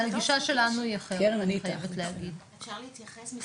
אפשר להתייחס?